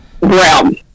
realm